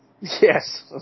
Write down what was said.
Yes